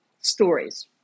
stories